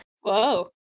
whoa